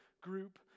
group